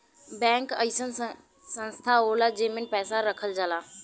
bank अइसन संस्था होला जेमन पैसा रखल जाला